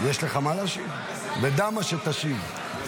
ודע מה שתשיב.